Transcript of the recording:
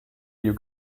you